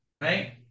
right